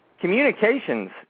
communications